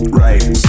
right